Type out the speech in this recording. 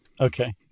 Okay